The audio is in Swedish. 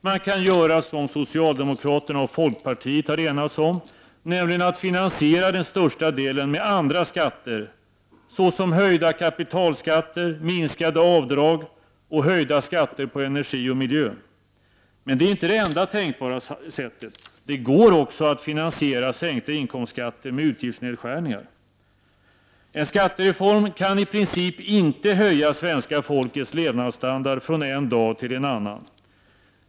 Man kan göra som socialdemokraterna och folkpartiet har enats om, nämligen att finansiera den största delen med andra skatter, såsom höjda kapitalskatter, minskade avdrag, och höjda skatter på energi och miljö. Men det är inte det enda tänkbara sättet. Det går också att finansiera sänkta inkomstskatter med utgiftsnedskärningar. En skattereform kan i princip inte höja svenska folkets levnadsstandard från en dag till en annan.